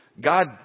God